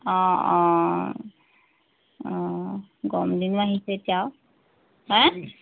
অঁ অঁ অঁ গৰমদিনো আহিছে এতিয়া আৰু হাঁ